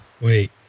Wait